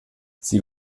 sie